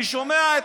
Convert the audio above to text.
אני שומע,